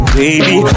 baby